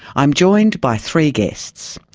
i'm joined by three guests.